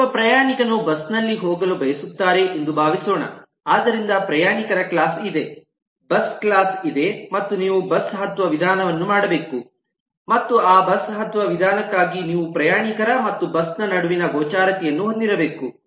ಒಬ್ಬ ಪ್ರಯಾಣಿಕನು ಬಸ್ ನಲ್ಲಿ ಹೋಗಲು ಬಯಸುತ್ತಾರೆ ಎಂದು ಭಾವಿಸೋಣ ಆದ್ದರಿಂದ ಪ್ರಯಾಣಿಕರ ಕ್ಲಾಸ್ ಇದೆ ಬಸ್ ನ ಕ್ಲಾಸ್ ಇದೆ ಮತ್ತು ನೀವು ಬಸ್ ಹತ್ತುವ ವಿಧಾನವನ್ನು ಮಾಡಬೇಕು ಮತ್ತು ಆ ಬಸ್ ಹತ್ತುವ ವಿಧಾನಕ್ಕಾಗಿ ನೀವು ಪ್ರಯಾಣಿಕರ ಮತ್ತು ಬಸ್ ನ ನಡುವಿನ ಗೋಚರತೆಯನ್ನು ಹೊಂದಿರಬೇಕು